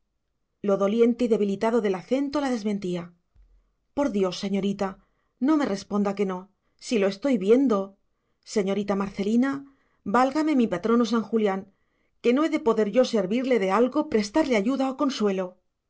lo doliente y debilitado del acento la desmentía por dios señorita no me responda que no si lo estoy viendo señorita marcelina válgame mi patrono san julián que no he de poder yo servirle de algo prestarle ayuda o consuelo